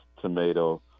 tomato